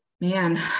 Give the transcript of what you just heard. Man